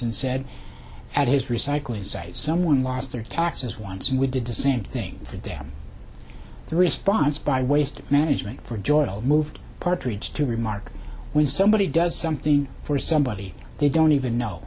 and said at his recycling site someone lost their taxes once and we did the same thing for them the response by waste management for joy moved partridge to remark when somebody does something for somebody they don't even know